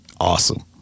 awesome